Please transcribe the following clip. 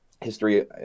history